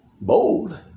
Bold